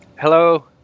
Hello